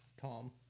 Tom